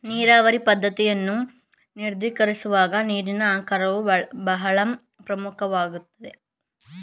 ನೀರಾವರಿ ಪದ್ದತಿಯನ್ನು ನಿರ್ಧರಿಸುವಾಗ ನೀರಿನ ಆಕಾರವು ಬಹಳ ಮುಖ್ಯವಾಗುವುದೇ?